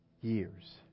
years